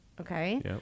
Okay